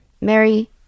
Mary